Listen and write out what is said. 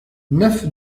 neuf